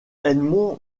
edmond